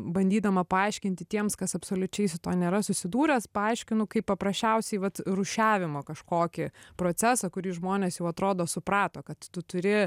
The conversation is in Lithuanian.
bandydama paaiškinti tiems kas absoliučiai su tuo nėra susidūręs paaiškinu kaip paprasčiausiai vat rūšiavimo kažkokį procesą kurį žmonės jau atrodo suprato kad tu turi